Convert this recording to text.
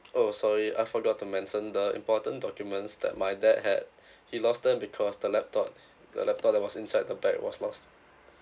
oh sorry I forgot to mention the important documents that my dad had he lost them because the laptop the laptop that was inside the bag was lost